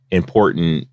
important